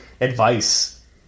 advice